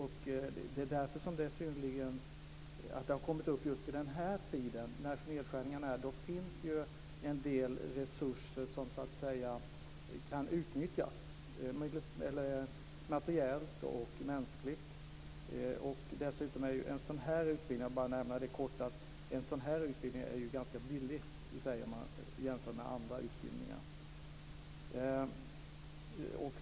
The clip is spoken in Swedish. Just den här tiden, när det är nedskärningar, finns en del resurser, materiellt och mänskligt, som så att säga kan utnyttjas. Dessutom är en sådan här utbildning, jag vill bara nämna det kort, ganska billig jämfört med andra utbildningar.